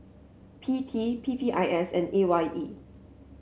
P T P P I S and A Y E